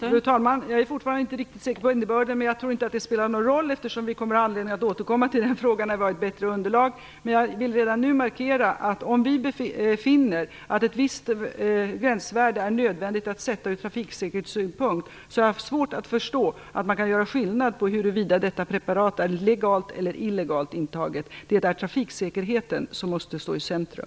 Fru talman! Jag är fortfarande inte riktigt säker på innebörden, men jag tror inte att det spelar någon roll eftersom vi kommer att ha anledning att återkomma till frågan när vi har ett bättre underlag. Jag vill redan nu markera att jag har haft svårt att förstå att man kan göra skillnad på huruvida ett preparat är legalt eller illegalt intaget om vi finner att ett visst gränsvärde är nödvändigt ur trafiksäkerhetssynpunkt. Det är trafiksäkerheten som måste stå i centrum.